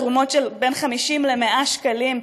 תרומות של בין 50 ל-100 שקלים,